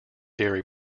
dairy